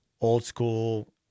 old-school –